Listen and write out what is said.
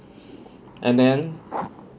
and then